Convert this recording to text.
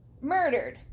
Murdered